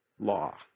law